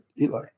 Eli